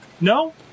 No